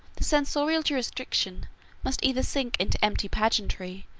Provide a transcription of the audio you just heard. the censorial jurisdiction must either sink into empty pageantry,